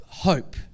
Hope